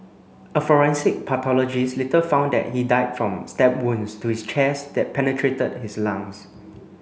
a forensic pathologist later found that he died from stab wounds to his chest that penetrated his lungs